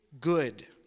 good